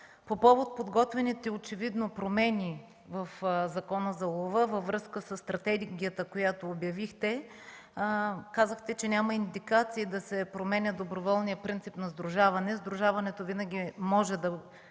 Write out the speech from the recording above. по повод подготвените очевидно промени в Закона за лова във връзка със стратегията, която обявихте. Казахте, че няма индикации да се променя доброволният принцип на сдружаване